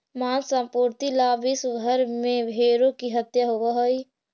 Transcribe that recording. माँस आपूर्ति ला विश्व भर में भेंड़ों की हत्या होवअ हई